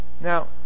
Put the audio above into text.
Now